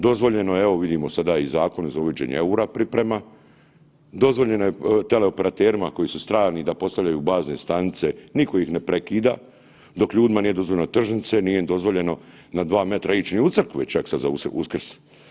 Dozvoljeno je evo vidimo sada i Zakon za uvođenje EUR-a priprema, dozvoljeno je teleoperaterima koji su strani da postavljaju bazne stanice, niko ih ne prekida, dok ljudima nije dozvoljeno tržnice, nije im dozvoljeno na 2m ići ni u crkvu već čak za Uskrs.